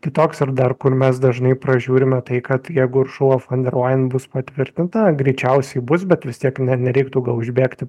kitoks ar dar kur mes dažnai pražiūrime tai kad jeigu uršula fon der lajen bus patvirtinta greičiausiai bus bet vis tiek ne nereiktų užbėgti